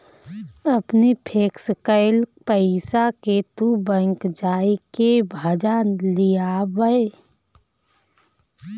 अपनी फिक्स कईल पईसा के तू बैंक जाई के भजा लियावअ